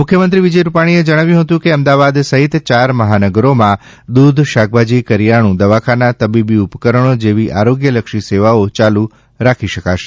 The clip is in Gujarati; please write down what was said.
મુખ્યમંત્રી વિજય રૂપાણીએ જણાવ્યું હતું કે અમદાવાદ સહિત ચાર મહાનગરોમાં દૂધ શાકભાજી કરીયાણું દવાખાના તબીબી ઉપકરણો જેવી આરોગ્યલક્ષી સેવાઓ યાલુ રાખી શકાશે